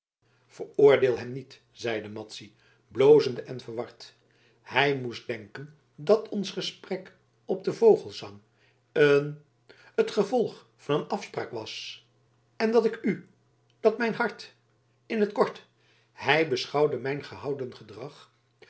veroordeel hem niet zeide madzy blozende en verward hij moest denken dat ons gesprek op den vogelesang een het gevolg van een afspraak was en dat ik u dat mijn hart in t kort hij beschouwde mijn gehouden gedrag